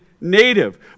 native